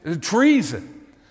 treason